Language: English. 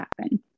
happen